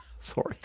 Sorry